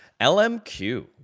LMQ